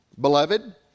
Beloved